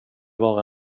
vara